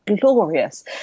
glorious